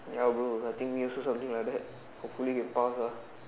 ya bro I think me also something like that hopefully can pass ah